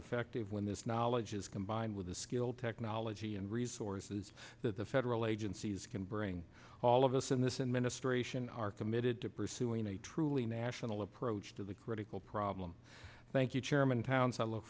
effective when this knowledge is combined with the skilled technology and resources that the federal agencies can bring all of us in this administration are committed to pursuing a truly national approach to the critical problem thank you chairman towns i look